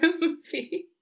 movie